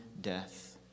death